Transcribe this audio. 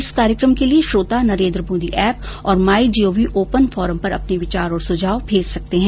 इस कार्यक्रम के लिए श्रोता नरेन्द्र मोदी एप और My G O V open forum पर अपने विचार और सुझाव भेज सकते हैं